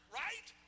right